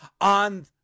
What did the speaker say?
on